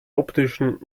optischen